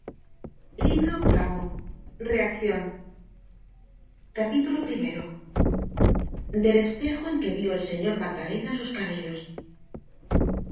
reaccion del espejo en que vió el señor magdalena sus cabellos